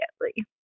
immediately